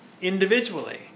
individually